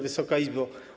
Wysoka Izbo!